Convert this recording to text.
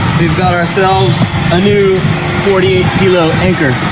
we've got ourselves a new forty eight kilo anchor.